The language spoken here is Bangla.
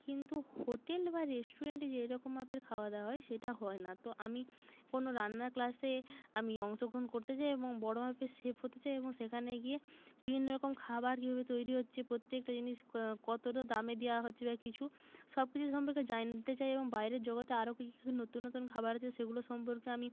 কিন্তু হোটেল বা রেস্টুরেন্টে যেই রকম মাপের খাওয়া দাওয়া হয় সেটা হয় না তো আমি কোনো রান্নার ক্লাসে আমি অংশগ্রহণ করতে চাই এবং বড় মাপের শেফ হতে চাই এবং সেখানে গিয়ে বিভিন্ন রকম খাবার কীভাবে তৈরি হচ্ছে প্রত্যেকটা জিনিস কতটা দামে দেওয়া হচ্ছে বা কিছু সব কিছু সম্পর্কে জানতে চাই এবং বাইরের জগতে আরো কী কী নতুন নতুন খাবার আছে সেগুলো সম্পর্কে আমি